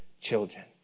children